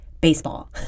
baseball